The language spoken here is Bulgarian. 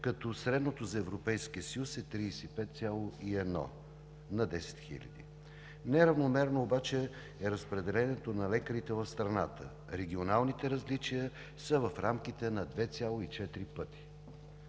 като средното за Европейския съюз е 35,1 на 10 000. Неравномерно е обаче разпределението на лекарите в страната. Регионалните различия са в рамките на 2,4 пъти.